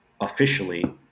officially